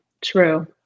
True